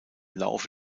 laufe